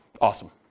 Awesome